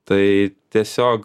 tai tiesiog